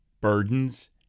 burdens